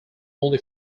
only